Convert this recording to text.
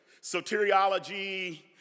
soteriology